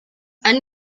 han